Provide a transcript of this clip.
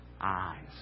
eyes